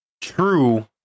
true